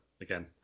Again